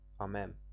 Amen